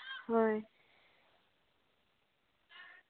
ᱦᱳᱭ